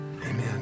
Amen